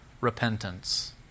repentance